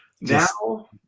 now